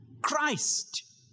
Christ